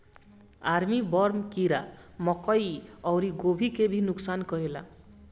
army worm कीड़ा मकई अउरी गोभी के भी नुकसान करेला